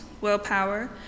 willpower